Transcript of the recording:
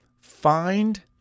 Find